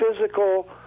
physical